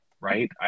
right